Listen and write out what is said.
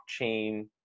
blockchain